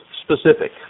specific